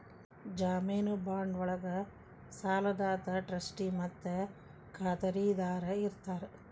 ಜಾಮೇನು ಬಾಂಡ್ ಒಳ್ಗ ಸಾಲದಾತ ಟ್ರಸ್ಟಿ ಮತ್ತ ಖಾತರಿದಾರ ಇರ್ತಾರ